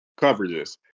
coverages